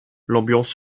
l’ambiance